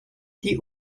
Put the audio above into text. die